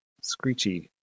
screechy